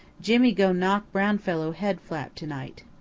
jimmy go knock brown fellow head flap to-night.